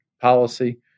policy